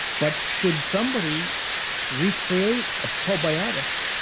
but should somebody recreate a probiotic,